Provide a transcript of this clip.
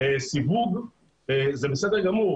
סיווג זה בסדר גמור,